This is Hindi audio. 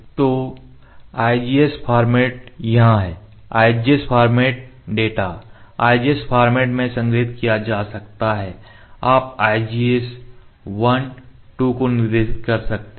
तो IGS फॉर्मेट यहां है IGS format data IGS format में संग्रहीत किया जा सकता है आप IGS 1 2 को निर्देशित कर सकते हैं